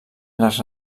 les